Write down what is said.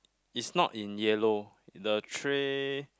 is not in yellow the tray